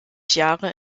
jahre